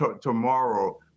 tomorrow